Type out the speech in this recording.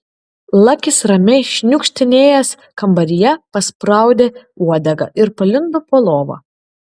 lakis ramiai šniukštinėjęs kambaryje paspraudė uodegą ir palindo po lova